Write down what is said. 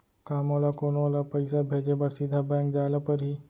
का मोला कोनो ल पइसा भेजे बर सीधा बैंक जाय ला परही?